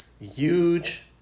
huge